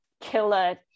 killer